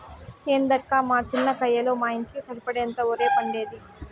ఏందక్కా మా చిన్న కయ్యలో మా ఇంటికి సరిపడేంత ఒరే పండేది